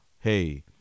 hey